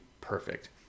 perfect